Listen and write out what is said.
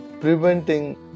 preventing